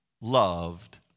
loved